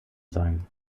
sein